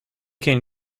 can